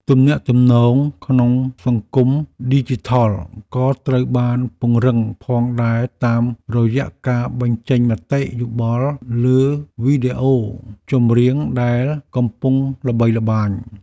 ទំនាក់ទំនងក្នុងសង្គមឌីជីថលក៏ត្រូវបានពង្រឹងផងដែរតាមរយៈការបញ្ចេញមតិយោបល់លើវីដេអូចម្រៀងដែលកំពុងល្បីល្បាញ។